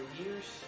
years